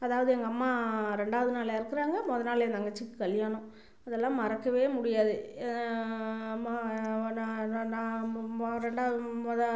அதாவது எங்கள் அம்மா ரெண்டாவது நாள் இறக்குறாங்க மொதல்நாள் என் தங்கச்சிக்கு கல்யாணம் அதல்லாம் மறக்கவே முடியாது ரெண்டாவது மொதல்